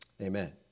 Amen